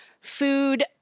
food